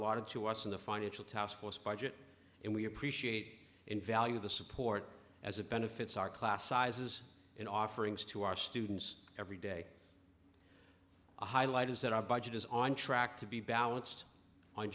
d to us in the financial taskforce budget and we appreciate in value the support as a benefits our class sizes in offerings to our students every day highlight is that our budget is on track to be balanced on